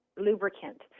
lubricant